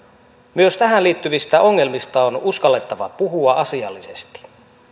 myös tähän liittyvistä ongelmista on uskallettava puhua asiallisesti